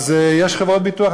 ואז יש חברות ביטוח.